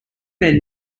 men